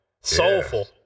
Soulful